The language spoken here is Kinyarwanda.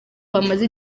bamaze